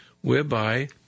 whereby